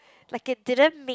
like it didn't make